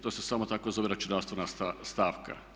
To se samo tako zove računalstvena stavka.